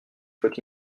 faut